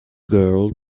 girl